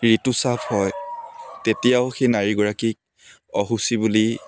ঋতুস্ৰাৱ হয় তেতিয়াও সেই নাৰী গৰাকীক অশুচি বুলি